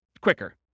quicker